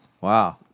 Wow